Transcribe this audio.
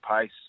pace